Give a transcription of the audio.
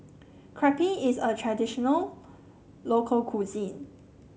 crepe is a traditional local cuisine